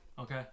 Okay